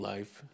Life